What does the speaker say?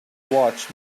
watch